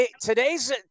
today's